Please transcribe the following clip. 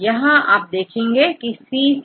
यहां आप देखेंगे यहC सेA